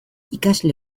ikasle